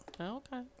Okay